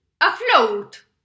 Afloat